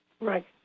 Right